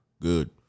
Good